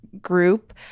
group